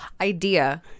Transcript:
idea